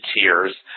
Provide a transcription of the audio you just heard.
tears